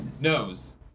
knows